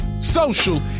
social